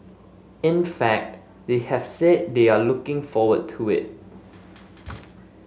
in fact they have said they are looking forward to it